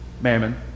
Mammon